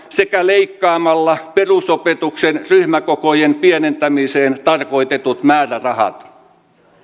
sekä leikkaamalla perusopetuksen ryhmäkokojen pienentämiseen tarkoitetut määrärahat